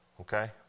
okay